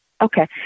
Okay